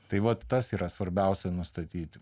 tai vat tas yra svarbiausia nustatyti